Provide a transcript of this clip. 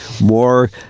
more